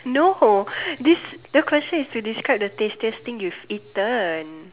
no this the question is to describe the tastiest thing you've eaten